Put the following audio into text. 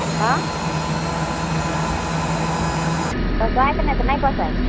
आँय पोसाइ तऽ छै कि नहि पोसाइ छै